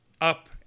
up